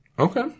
Okay